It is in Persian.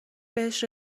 بهش